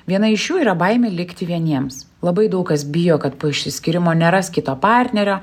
viena iš jų yra baimė likti vieniems labai daug kas bijo kad po išsiskyrimo neras kito partnerio